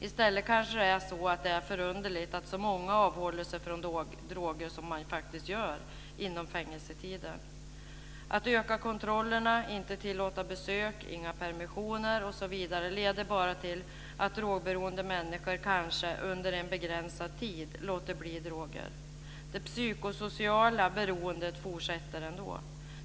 Det kanske i stället är förunderligt att så många, som det faktiskt är, avhåller sig från droger under fängelsetiden. Att öka kontrollerna, inte tillåta besök och permissioner osv. leder bara till att drogberoende människor kanske under en begränsad tid låter bli droger. Det psykosociala beroendet fortsätter ändå.